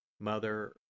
Mother